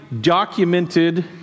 documented